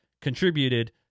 contributed